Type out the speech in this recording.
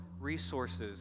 resources